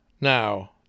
now